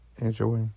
enjoy